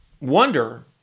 wonder